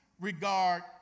regard